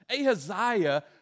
Ahaziah